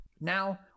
Now